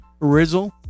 Rizzle